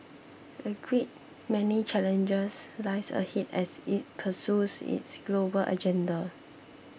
a great many challenges lies ahead as it pursues its global agenda